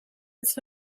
its